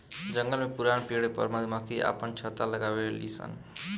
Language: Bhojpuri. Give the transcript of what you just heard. जंगल में पुरान पेड़ पर मधुमक्खी आपन छत्ता लगावे लिसन